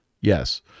yes